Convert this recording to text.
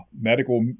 medical